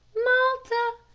malta,